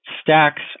stacks